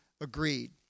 agreed